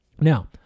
Now